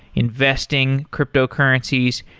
investing, cryptocurrencies,